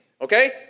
Okay